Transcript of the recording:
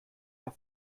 der